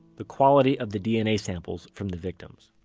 the quality of the dna samples from the victims